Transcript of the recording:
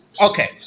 okay